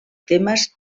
temes